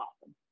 awesome